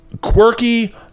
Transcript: quirky